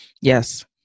Yes